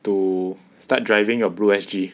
to start driving a blue S_G